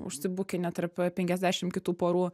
užsibukini tarp penkiasdešim kitų porų